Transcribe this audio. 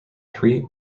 three